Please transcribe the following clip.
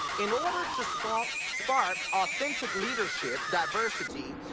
in order to spark spark authentic leadership, diversity,